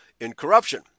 incorruption